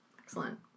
Excellent